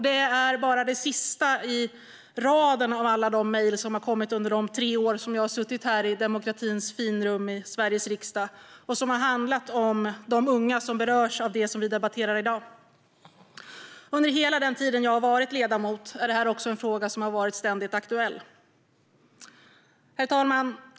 Det är bara det senaste i raden av mejl som har kommit under de tre år jag har suttit här i demokratins finrum, Sveriges riksdag, och som har handlat om de unga som berörs av det vi debatterar i dag. Under hela tiden jag har varit ledamot har det här också varit en fråga som varit ständig aktuell. Herr talman!